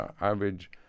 average